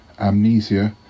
Amnesia